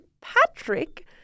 Patrick